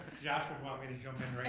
yeah want me to jump in right